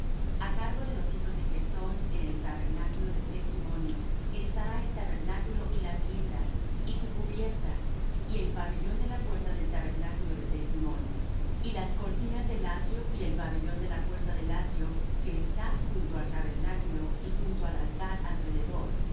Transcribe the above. llevar llevarán las cortinas del tabernáculo y el tabernáculo del testimonio su cubierta y la cubierta de pieles de tejones que está sobre él encima y el pabellón de la puerta del tabernáculo del testimonio y las cortinas del atrio y el pabellón de la puerta del atrio que está cerca del tabernáculo y cerca del altar alrededor